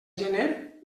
gener